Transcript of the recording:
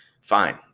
Fine